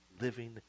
living